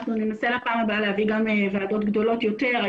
אנחנו ננסה לפעם הבאה להביא גם ועדות גדולות יותר.